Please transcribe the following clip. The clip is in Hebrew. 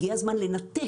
הגיע הזמן לנתק